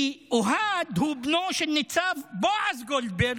כי אוהד הוא בנו של ניצב בועז גולדברג,